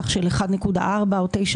סך של 1.4 או 1.9,